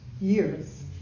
years